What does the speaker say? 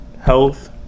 health